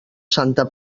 santa